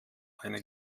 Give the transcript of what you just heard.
eine